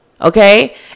Okay